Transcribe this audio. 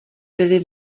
byly